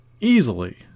easily